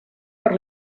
per